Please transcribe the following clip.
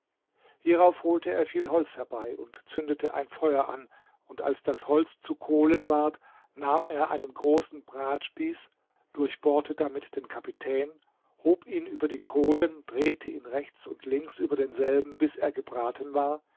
hierauf holte er viel holz herbei und zündete ein feuer an und als das holz zu kohlen ward nahm er einen großen bratspieß durchbohrte damit den kapitän hob ihn über die kohlen drehte ihn rechts und links über denselben bis er gebraten war